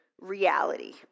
reality